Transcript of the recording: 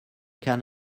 can